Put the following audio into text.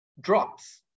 drops